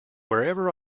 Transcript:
wherever